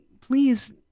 please